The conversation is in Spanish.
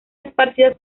esparcidas